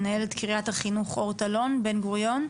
מנהלת קרית החינוך "אורט אלון בן גוריון".